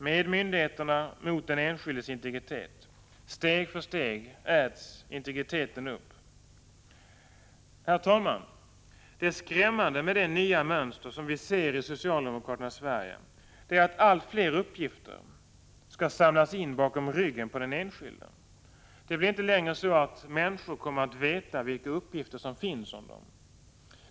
Med myndigheterna mot den enskildes integritet — steg för steg äts integriteten upp. Herr talman! Det skrämmande med det nya mönster som vi ser i socialdemokraternas Sverige är att allt fler uppgifter skall samlas in bakom ryggen på den enskilde. Det blir inte längre så att människor kommer att veta vilka uppgifter som finns om dem.